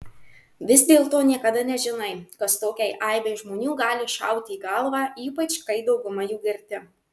vis dėlto niekada nežinai kas tokiai aibei žmonių gali šauti į galvą ypač kai dauguma jų girti